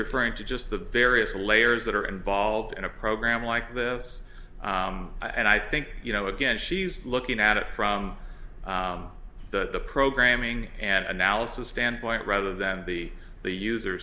referring to just the various layers that are involved in a program like this and i think you know again she's looking at it from the programming and analysis standpoint rather than the the user